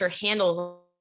handles